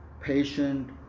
patient